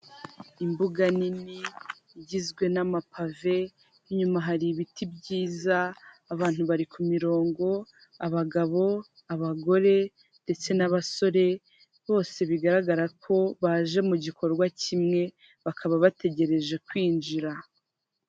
Imbuga nini igizwe n'amapave inyuma hari ibiti byiza abantu bari k'imirongo abagabo abagore ndetse n'abasore bose bigaragara ko baje mu gikorwa kimwe bakaba bategereje kwinjira.